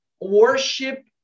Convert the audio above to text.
worship